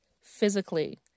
physically